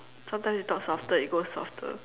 sometimes you talk softer it goes softer